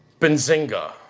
Benzinga